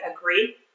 Agree